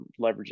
leveraging